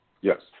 Yes